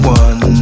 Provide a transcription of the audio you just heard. one